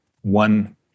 one